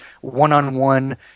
one-on-one